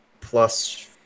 plus